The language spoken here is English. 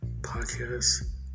Podcast